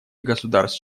государств